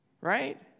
right